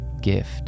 gift